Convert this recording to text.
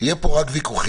יהיו פה רק ויכוחים.